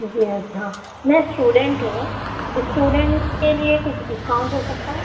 جی ہاں میں اسٹوڈینٹ ہوں اسٹوڈینٹ کے لیے کچھ ڈسکاؤنٹ ہوسکتا ہے